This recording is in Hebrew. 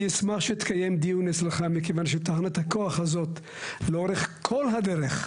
אני אשמח שתקיים דיון אצלך מכיוון שתחנת הכוח הזאת לאורך כל הדרך,